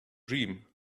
dream